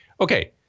Okay